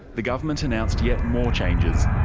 the government announced yet more changes.